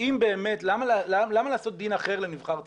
למה לעשות דין אחר לנבחר ציבור?